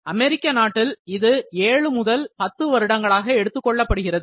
அமெரிக்க நாட்டில் இது ஏழு முதல் பத்து வருடங்களாக எடுத்துக் கொள்ளப்படுகிறது